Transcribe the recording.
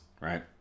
right